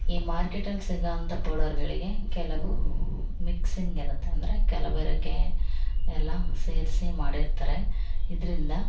ಈ ಮಾರ್ಕೇಟಲ್ಲಿ ಸಿಗೋವಂಥ ಪೌಡರುಗಳಿಗೆ ಕೆಲವು ಮಿಕ್ಸಿಂಗ್ ಇರುತ್ತೆ ಅಂದರೆ ಕಲಬೆರಕೆ ಎಲ್ಲ ಸೇರಿಸಿ ಮಾಡಿರ್ತಾರೆ ಇದರಿಂದ